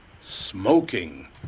smoking